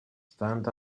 stand